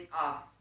off